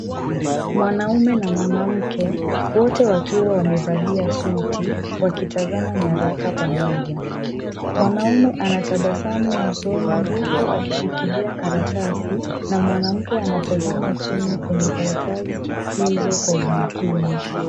Mwanaume na mwanamke wote wakiwa wamevalia suti, wakitazama nyaraka pamoja. Mwanaume anatabasamu usoni huku akishikilia karatasi na mwanamke anatazama chini kwenye karatasi hizo kwa umakini.